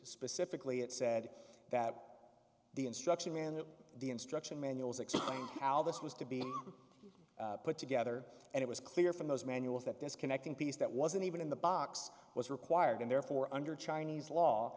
specifically it said that the instruction manual the instruction manuals explain how this was to be put together and it was clear from those manuals that this connecting piece that wasn't even in the box was required and therefore under chinese law